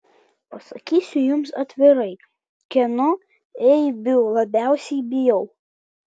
pasakysiu jums atvirai kieno eibių labiausiai bijau